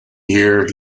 year